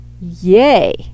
Yay